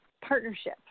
Partnership